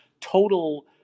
total